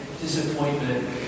disappointment